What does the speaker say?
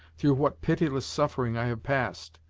through what pitiless suffering i have passed!